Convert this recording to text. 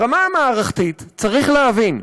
ברמה המערכתית, צריך להבין,